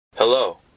Hello